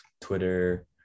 twitter